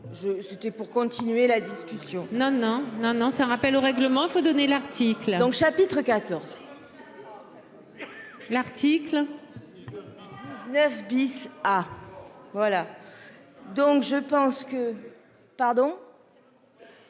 c'était pour continuer la. Solution. Non non non non c'est un rappel au règlement, il faut donner l'article donc chapitres 14. L'article. 9 bis. Voilà. Donc je pense que pardon.